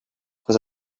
cosa